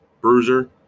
Bruiser